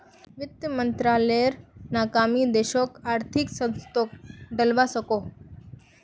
वित मंत्रालायेर नाकामी देशोक आर्थिक संकतोत डलवा सकोह